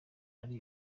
ari